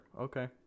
okay